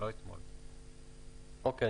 אוקיי,